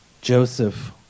Joseph